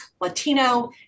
latino